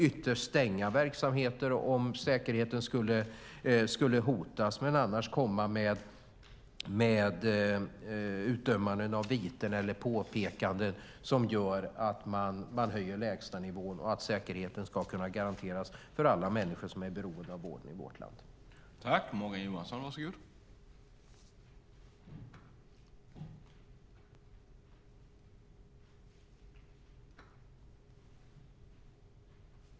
Ytterst kan de stänga verksamheter om säkerheten skulle hotas, annars komma med utdömanden av viten eller påpekanden som gör att man höjer lägstanivån och att säkerheten ska kunna garanteras för alla människor som är beroende av vård i vårt land.